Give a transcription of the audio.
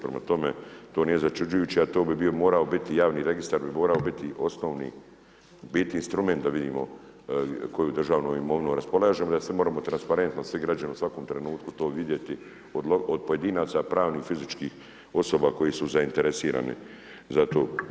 Prema tome, to nije začuđujuće, a to bi bio morao biti javni registar bi morao biti osnovni biti instrument da vidimo koju državnu imovinu raspolažemo i da se moramo transparentno svi građani u svakom trenutku to vidjeti od pojedinaca, pravnih, fizičkih osoba koji su zainteresirani za tu.